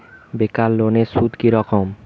বেকার লোনের সুদ কি রকম?